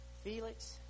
Felix